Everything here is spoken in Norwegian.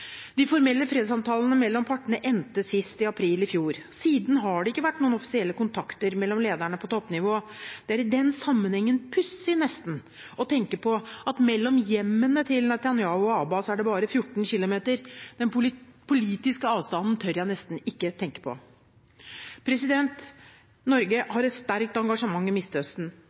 De formelle fredssamtalene mellom partene endte sist i april i fjor. Siden har det ikke vært noen offisielle kontakter mellom lederne på toppnivå. Det er i den sammenheng nesten pussig å tenke på at det mellom hjemmene til Netanyahu og Abbas er bare 14 km. Den politiske avstanden tør jeg nesten ikke å tenke på. Norge